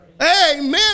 Amen